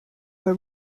were